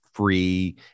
free